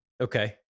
Okay